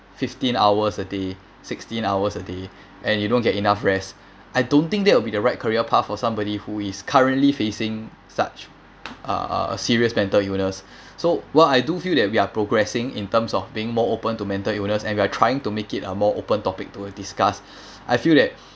fifteen hours a day sixteen hours a day and you don't get enough rest I don't think that will be the right career path for somebody who is currently facing such uh a serious mental illness so while I do feel that we are progressing in terms of being more open to mental illness and we're trying to make it a more open topic to discuss I feel that